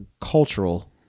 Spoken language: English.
cultural